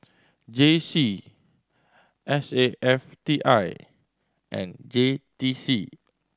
J C S A F T I and J T C